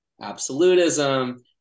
absolutism